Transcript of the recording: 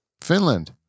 Finland